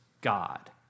God